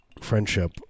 friendship